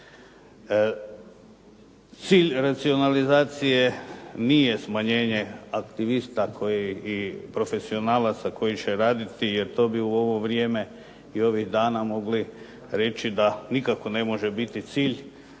Cilj racionalizacije nije smanjenje aktivista koji i, profesionalaca koji će raditi jer to bi u ovo vrijeme i ovih dana mogli reći da nikako ne može biti cilj.